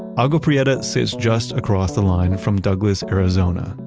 agua prieta sits just across the line from douglas, arizona.